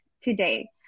today